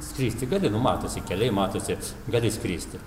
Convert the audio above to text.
skristi gali nu matosi keliai matosi gali skristi